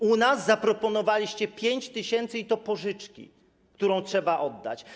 U nas zaproponowaliście 5 tys., i to pożyczki, którą trzeba oddać.